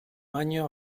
año